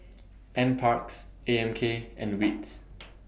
NParks A M K and WITS